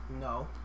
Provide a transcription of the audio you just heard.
No